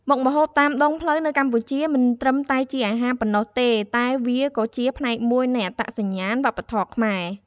មុខម្ហូបតាមដងផ្លូវនៅកម្ពុជា មិនត្រឹមតែជាអាហារប៉ុណ្ណោះទេ តែវាក៏ជាផ្នែកមួយនៃអត្តសញ្ញាណវប្បធម៌ខ្មែរ។